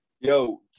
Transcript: Yo